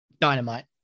Dynamite